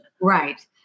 Right